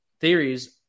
theories